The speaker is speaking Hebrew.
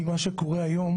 כי מה שקורה היום